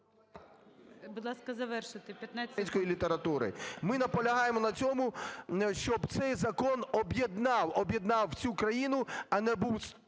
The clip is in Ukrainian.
Будь ласка, завершуйте,